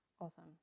Awesome